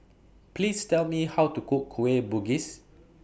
Please Tell Me How to Cook Kueh Bugis